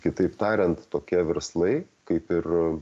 kitaip tariant tokie verslai kaip ir